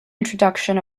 introduction